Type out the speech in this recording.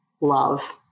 Love